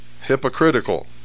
hypocritical